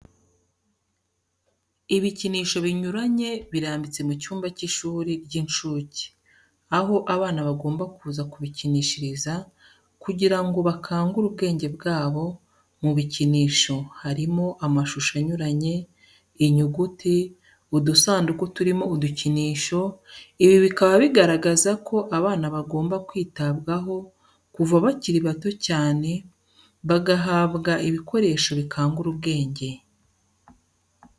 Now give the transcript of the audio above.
Ibikinisho binyuranye birambitse mu cyumba cy'ishuri ry'inshuke, aho abana bagomba kuza kubikinishiriza kugira ngo bakangure ubwenge bwabo, mu bikinisho harimo amashusho anyuranye, inyuguti, udusanduku turimo udukinisho, ibi bikaba bigaragaza ko abana bagomba kwitabwaho kuva bakiri bato cyane, bahabwa ibikoresho bikangura ubwenge.